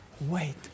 wait